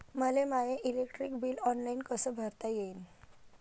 मले माय electric bill online कस भरता येईन?